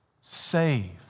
save